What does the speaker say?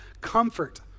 comfort